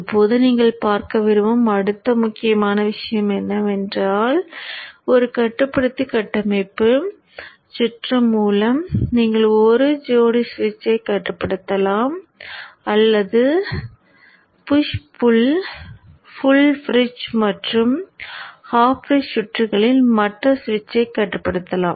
இப்போது நீங்கள் பார்க்க விரும்பும் அடுத்த முக்கியமான விஷயம் என்னவென்றால் ஒரு கட்டுப்படுத்தி கட்டமைப்பு சுற்று மூலம் நீங்கள் ஒரு ஜோடி சுவிட்சைக் கட்டுப்படுத்தலாம் அல்லது புஷ் புள் ஃபுல் பிரிட்ஜ் மற்றும் ஹாஃப் பிரிட்ஜ் சுற்றுகளில் மற்ற சுவிட்சைக் கட்டுப்படுத்தலாம்